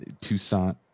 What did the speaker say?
Toussaint